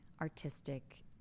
artistic